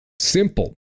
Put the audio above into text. Simple